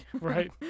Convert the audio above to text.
Right